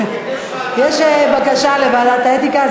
יש בקשה לוועדת האתיקה.